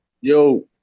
Yo